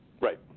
Right